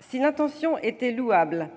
Si l'intention était louable,